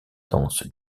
danse